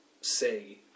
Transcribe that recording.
say